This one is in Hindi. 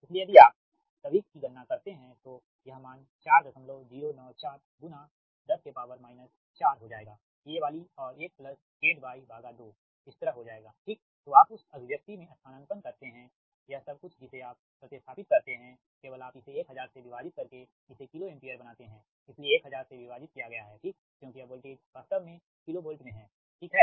इसलिए यदि आप सभी की गणना करते हैं तो यह मान 4094 10 4 हो जाएगा ये वाली और1ZY2इस तरह हो जाएगा ठीक तो आप उस अभिव्यक्ति में स्थानापन्न करते हैं यह सब कुछ जिसे आप प्रति स्थापित करते हैं केवल आप इसे 1000 से विभाजित करके इसे किलो एम्पीयर बनाते हैं इसलिए 1000 से विभाजित किया गया हैठीक क्योंकि यह वोल्टेज वास्तव में किलो वोल्ट में हैठीक है